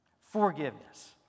Forgiveness